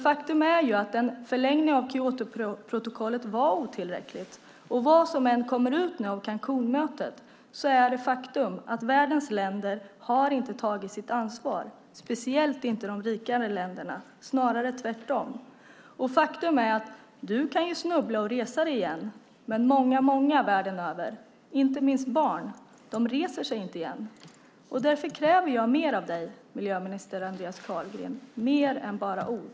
Faktum är att en förlängning av Kyotoprotokollet var otillräckligt. Vad som nu än kommer ut av Cancúnmötet är det ett faktum att världens länder inte har tagit sitt ansvar och speciellt inte de rikare länderna. Det är snarare tvärtom. Faktum är att du kan snubbla och resa dig igen. Men många världen över, inte minst barn, reser sig inte igen. Därför kräver jag mer av dig, miljöminister Andreas Carlgren, mer än bara ord.